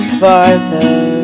farther